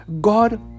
God